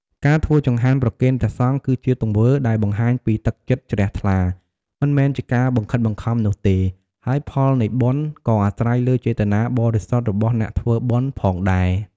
ការធ្វើចង្ហាន់ប្រគេនព្រះសង្ឃ គឺជាទង្វើដែលបង្ហាញពីទឹកចិត្តជ្រះថ្លា មិនមែនជាការបង្ខិតបង្ខំនោះទេ ហើយផលនៃបុណ្យក៏អាស្រ័យលើចេតនាបរិសុទ្ធរបស់អ្នកធ្វើបុណ្យផងដែរ។